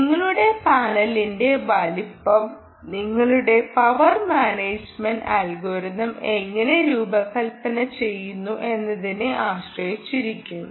നിങ്ങളുടെ പാനലിന്റെ വലുപ്പം നിങ്ങളുടെ പവർ മാനേജുമെന്റ് അൽഗോരിതം എങ്ങനെ രൂപകൽപ്പന ചെയ്യുന്നു എന്നതിനെ ആശ്രയിച്ചിരിക്കും